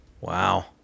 Wow